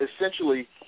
essentially